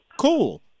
cool